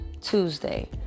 Tuesday